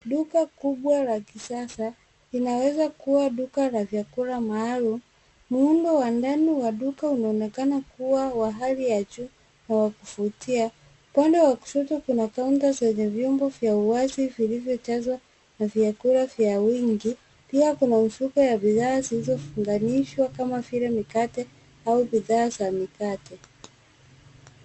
Duka kubwa la kisasa, linaweza kuwa duka la vyakula maalum. Muundo wa ndani wa duka unaonekana kuwa wa hali ya juu na wa kuvutia .Upande wa kushoto kuna kaunta zenye vyombo vya uwazi vilivyojazwa na vyakula vya wingi, pia kuna mifuko ya bidhaa zilizofunganishwa kama vile mikate au bidhaa za mikate.